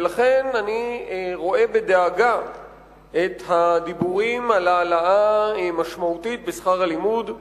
ולכן אני רואה בדאגה את הדיבורים על העלאה משמעותית בשכר הלימוד,